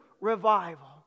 revival